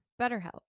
BetterHelp